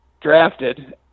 drafted